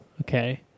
okay